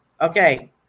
Okay